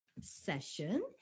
session